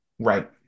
Right